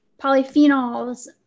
polyphenols